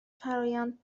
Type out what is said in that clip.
فرایند